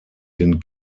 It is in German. den